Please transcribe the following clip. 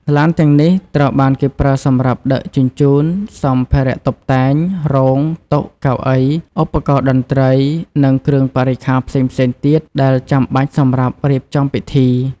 ឡានទាំងនេះត្រូវបានគេប្រើសម្រាប់ដឹកជញ្ជូន សម្ភារៈតុបតែង រោង តុ កៅអី ឧបករណ៍តន្រ្តី និងគ្រឿងបរិក្ខារផ្សេងៗទៀតដែលចាំបាច់សម្រាប់រៀបចំពិធី។